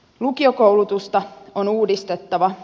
lukiokoulutusta on uudistettava